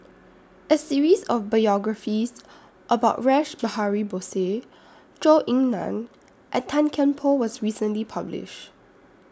A series of biographies about Rash Behari Bose Zhou Ying NAN and Tan Kian Por was recently published